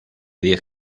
diez